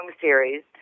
series